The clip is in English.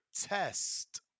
test